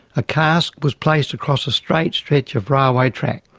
a cask was placed across a straight stretch of railway track.